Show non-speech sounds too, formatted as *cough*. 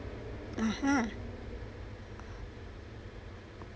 *breath*